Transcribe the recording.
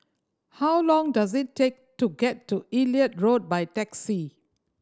how long does it take to get to Elliot Road by taxi